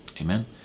Amen